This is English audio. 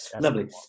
Lovely